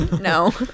No